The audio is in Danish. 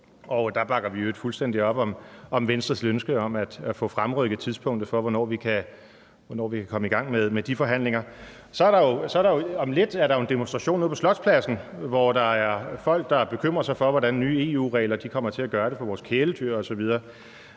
og der bakker vi i øvrigt fuldstændig op om Venstres ønske om at få fremrykket tidspunktet for, hvornår vi kan komme i gang med de forhandlinger. Om lidt er der jo en demonstration ude på Slotspladsen, hvor der er folk, der bekymrer sig for, hvad nye EU-regler kommer til at gøre for vores kæledyr osv.,